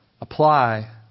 apply